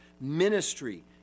ministry